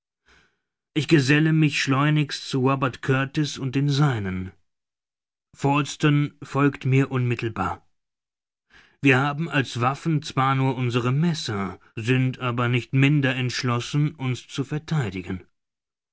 ich geselle mich schleunigst zu robert kurtis und den seinen falsten folgt mir unmittelbar wir haben als waffen zwar nur unsere messer sind aber nicht minder entschlossen uns zu vertheidigen